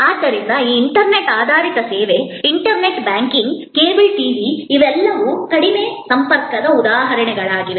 ಆದ್ದರಿಂದ ಈ ಇಂಟರ್ನೆಟ್ ಆಧಾರಿತ ಸೇವೆ ಇಂಟರ್ನೆಟ್ ಬ್ಯಾಂಕಿಂಗ್ ಕೇಬಲ್ ಟಿವಿ ಇವೆಲ್ಲವೂ ಕಡಿಮೆ ಸಂಪರ್ಕದ ಉದಾಹರಣೆಗಳಾಗಿವೆ